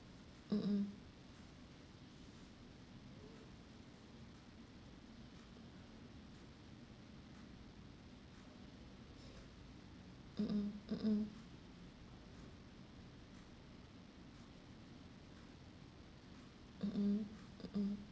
mm mm mm mm mm mm mm mm mm mm